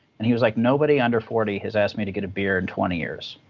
and he was like, nobody under forty has asked me to get a beer in twenty years.